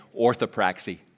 orthopraxy